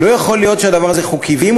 לא יכול להיות שהדבר הזה חוקי.